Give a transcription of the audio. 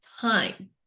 time